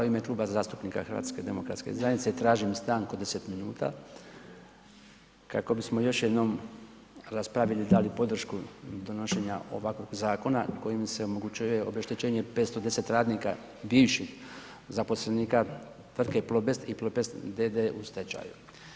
U ime Kluba zastupnika HDZ-a tražim stanku od deset minuta kako bismo još jednom raspravili i dali podršku donošenja ovakvog zakona kojim se omogućuje obeštećenje 510 radnika bivših zaposlenika Tvrtke „Plobest“ i „Plobest d.d.“ u stečaju.